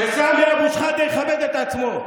שסמי אבו שחאדה יכבד את עצמו.